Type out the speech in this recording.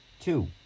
two